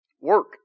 Work